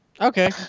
Okay